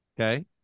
Okay